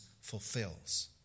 fulfills